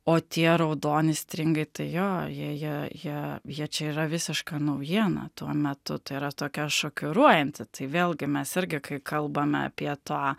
o tie raudoni stringai tai jo jie jie jie jie čia yra visiška naujiena tuo metu tai yra tokia šokiruojanti tai vėlgi mes irgi kai kalbame apie tą